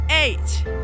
Eight